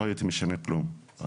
לא הייתי משנה כלום.